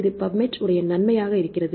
இது பப்மெட் உடைய நன்மையாக இருக்கிறது